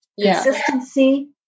Consistency